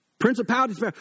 Principality